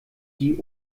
die